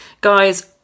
Guys